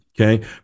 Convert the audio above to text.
Okay